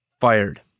Fired